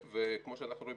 כמו שאנחנו רואים,